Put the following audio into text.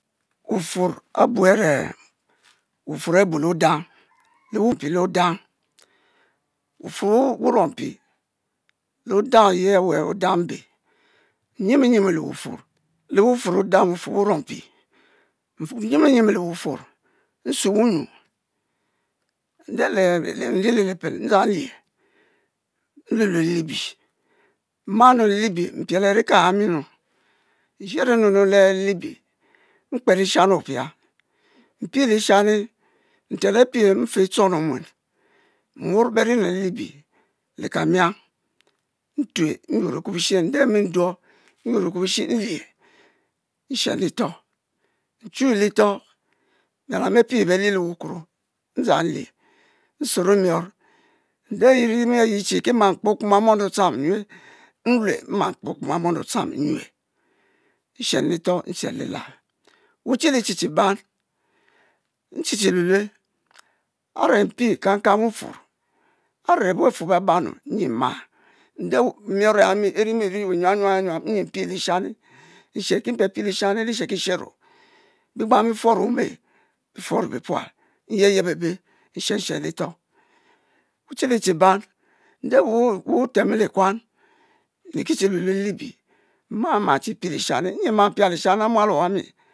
Wuffuor abur'e wuffuor pi abule odang wuffuor abule odang, wuffuor wu rong pi, ehe odang oyie a're odang mbe nyimu nyimu le wuffuor le wuffuor odang wuffuor wu-rong pi, nyimu nyimu le wuffuor nsue wunyu nde le nru ri le-lipel, ndzang nlie, nlue nlue le-libie nma nnu le libie, n'piel ankan ahani nnu nshero nnu nnu le'-libie, mper lishani opia, mpie lishani ntem apie, n'fe e-chong le-onmuen, muor berinu le-libie la kamiang ntue nyuor ekubishi ende mmi duo nquor ekubishi nlue nshen litoh, nchu litoh miel amapie belie le-wukuro ndzang nlie, nsuro miour, nde iri anyi ki mma kpe okpoma mom le otcham nyue, nlue mma kpe okpoma e-mon nyue, nshe le itoh nche lilal, wuchichi chiliban, nchi-lue lue a're mpie kang kang wuffuou a're beffuor beban anyi nmma, nde mion ehe mi wirimiri nyuam nyuam nyuami nyi mpie lishani nsherki, mpiepie lishani lisheki shero bigbang offuor ome biffuoro bipual, nyeyef bebe nshen nshe litoh wuchi lichiban, n'de wu temo likuan, nkirichi lue lue le'libie nma chi pie lishani, n'yi nma nma pia lishani le-mual owami.